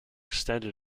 extended